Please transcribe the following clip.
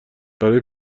برا